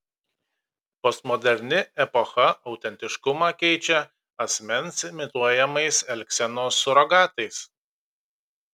postmoderni epocha autentiškumą keičia asmens imituojamais elgsenos surogatais